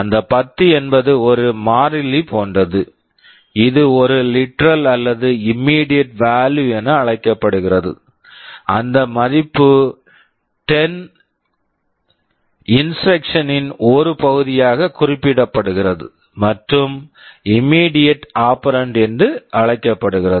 அந்த 10 என்பது ஒரு மாறிலி போன்றது இது ஒரு லிட்ரல் literal அல்லது இம்மீடியட் வாலுயு immediate value என அழைக்கப்படுகிறது அந்த மதிப்பு 10 இன்ஸ்ட்ரக்க்ஷன் Instruction னின் ஒரு பகுதியாக குறிப்பிடப்படுகிறது மற்றும் இம்மீடியட் ஆபரண்ட் immediate operand என்று அழைக்கப்படுகிறது